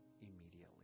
immediately